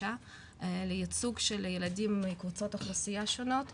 לייצוג של הילדים מקבוצות אוכלוסייה שונות,